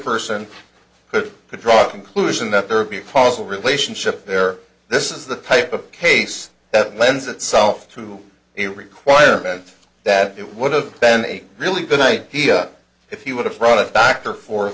person who could draw a conclusion that there would be a possible relationship there this is the type of case that lends itself to the requirement that it would have been a really good idea if he would have brought it back or for